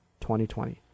2020